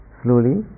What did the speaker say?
slowly